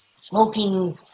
smoking